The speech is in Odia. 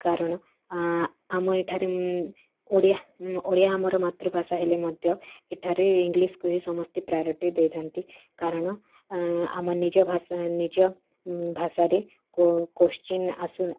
କାରଣ ଆମ ଏଠାରେ ଓଡ଼ିଆ ଓଡ଼ିଆ ଆମର ମାତୃଭାଷା ହେଲେ ମଧ୍ୟ ଏଠାରେ ଇଂଗ୍ଲିଶ୍କୁ ହିଁ ସମସ୍ତେ ପ୍ରାଓରିଟି ଦେଇଥାନ୍ତି କାରଣ ଆମ ନିଜ ଭାଷା ନିଜ ଭାଷାରେ କୋ କୋଶ୍ଚେନ୍ ଆସୁନା